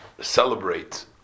celebrate